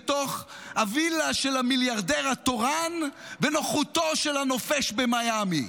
-- בתוך הווילה של המיליארדר התורן ונוחותו של הנופש במיאמי.